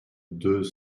deux